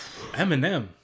Eminem